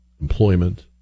employment